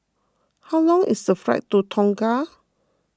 how long is the flight to Tonga